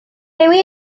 dewi